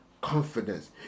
confidence